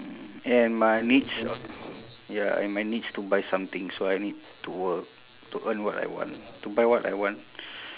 and my needs ya and my needs to buy something so I need to work to earn what I want to buy what I want